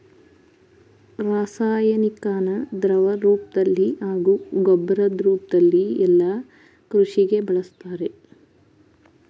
ರಾಸಾಯನಿಕನ ದ್ರವರೂಪ್ದಲ್ಲಿ ಹಾಗೂ ಗೊಬ್ಬರದ್ ರೂಪ್ದಲ್ಲಿ ಯಲ್ಲಾ ಕೃಷಿಗೆ ಬಳುಸ್ತಾರೆ